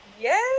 Yes